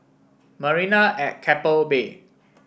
Marina at Keppel Bay